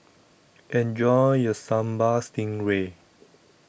Enjoy your Sambal Stingray